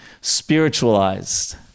spiritualized